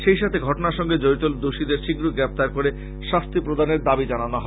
সেই সাথে ঘটনার সঙ্গে জড়িত দোষীদের শীঘ্র গ্রেপ্তার করে শাস্তি প্রদানের দাবী জানানো হয়